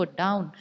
down